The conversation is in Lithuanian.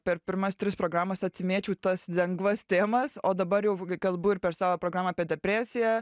per pirmas tris programas atsimėčiau tas lengvas temas o dabar jau kalbu ir per savo programą apie depresiją